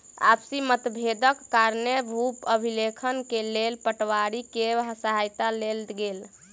आपसी मतभेदक कारणेँ भू अभिलेखक लेल पटवारी के सहायता लेल गेल